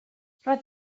roedd